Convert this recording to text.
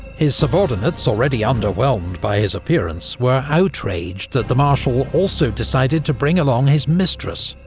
his subordinates, already underwhelmed by his appearance, were outraged that the marshal also decided to bring along his mistress,